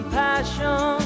passion